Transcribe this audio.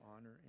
honor